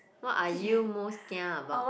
what are you most kia about